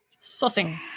Sussing